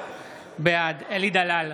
בעד אלי דלל,